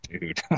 Dude